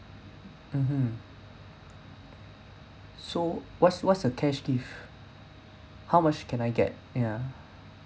mmhmm so what's what's a cash gift how much can I get ya